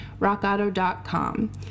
rockauto.com